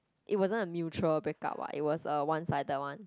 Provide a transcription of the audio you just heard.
it wasn't a mutual break up what it was a one sided one